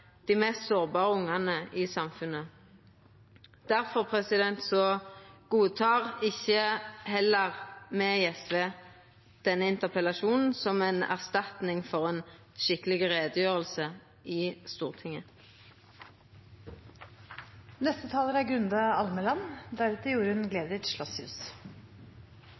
dei mest sårbare ungane i samfunnet. Difor godtek heller ikkje me i SV denne interpellasjonen som ei erstatning for ei skikkeleg utgreiing i Stortinget. Jeg er